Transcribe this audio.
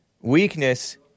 Weakness